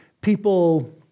people